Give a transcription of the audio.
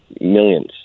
millions